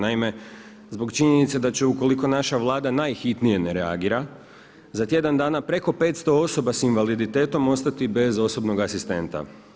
Naime, zbog činjenice da će ukoliko naša Vlada najhitnije ne reagira za tjedan dana preko 500 osoba s invaliditetom ostati bez osobnog asistenta.